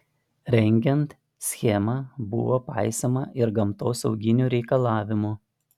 rengiant schemą buvo paisoma ir gamtosauginių reikalavimų